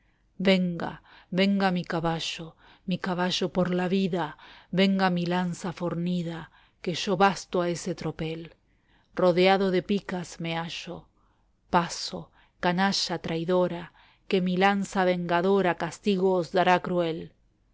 venga venga mi caballo mi caballo por la vida venga mi lanza fornida que yo basto a ese tropel rodeado de picas me hallo paso canalla traidora que mi lanza vengadora castigo os dará cruel